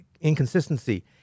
inconsistency